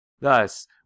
Thus